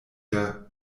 der